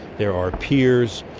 there are piers,